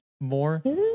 more